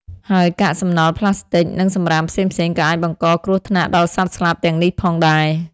ហើយកាកសំណល់ប្លាស្ទិក និងសំរាមផ្សេងៗក៏អាចបង្កគ្រោះថ្នាក់ដល់សត្វស្លាបទាំងនេះផងដែរ។